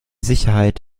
sicherheit